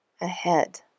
ahead